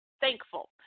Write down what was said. thankful